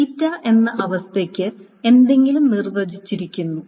തീറ്റ എന്ന അവസ്ഥയ്ക്ക് എന്തെങ്കിലും നിർവചിച്ചിരിക്കുന്നു